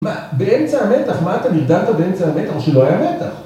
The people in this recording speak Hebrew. מה? באמצע המתח? מה אתה נרדמת באמצע המתח? או שלא היה מתח?